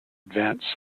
advance